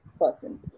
person